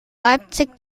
leipzig